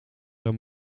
een